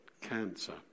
cancer